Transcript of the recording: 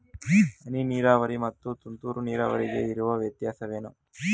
ಹನಿ ನೀರಾವರಿ ಮತ್ತು ತುಂತುರು ನೀರಾವರಿಗೆ ಇರುವ ವ್ಯತ್ಯಾಸವೇನು?